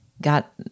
got